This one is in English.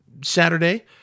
Saturday